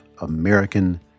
American